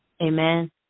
Amen